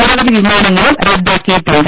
നിരവധി വിമാനങ്ങളും റദ്ദാക്കിയിട്ടുണ്ട്